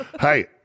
Hey